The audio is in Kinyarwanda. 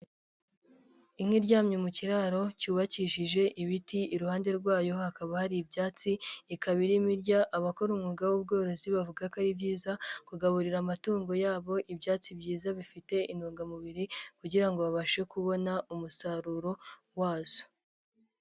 Inka iryamye mu kiraro, cyubakishije ibiti, iruhande rwayo hakaba hari ibyatsi, ikaba irimo irya, abakora umwuga w'ubworozi bavuga ko ari byiza, kugaburira amatungo yabo ibyatsi byiza bifite intungamubiri kugira ngo babashe kubona umusaruro wazo.